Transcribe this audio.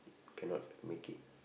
cannot make it